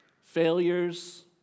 failures